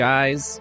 Guys